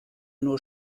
nur